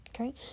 Okay